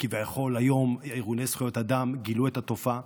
וכביכול ארגוני זכויות אדם גילו היום את התופעה.